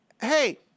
hey